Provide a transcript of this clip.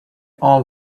all